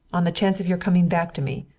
on the chance of your coming back to me,